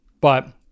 But-